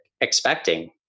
expecting